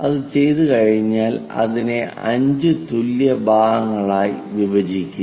അത് ചെയ്തുകഴിഞ്ഞാൽ അതിനെ 5 തുല്യ ഭാഗങ്ങളായി വിഭജിക്കുക